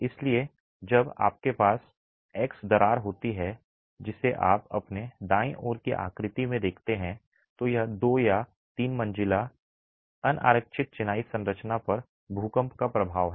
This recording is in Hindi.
इसलिए जब आपके पास वह x दरार होती है जिसे आप अपने दाईं ओर की आकृति में देखते हैं तो यह 2 या 3 मंजिला अनारक्षित चिनाई संरचना पर भूकंप का प्रभाव है